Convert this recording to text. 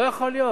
לא יכול להיות.